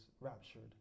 raptured